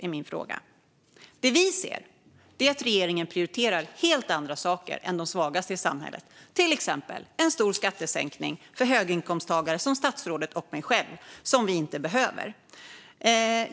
Det som vi ser är att regeringen prioriterar helt andra saker än de svagaste i samhället, till exempel en stor skattesänkning för höginkomsttagare som statsrådet och mig som vi inte behöver.